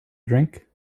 drink